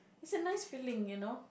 it's a nice feeling you know